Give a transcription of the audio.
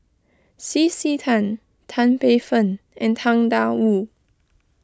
C C Tan Tan Paey Fern and Tang Da Wu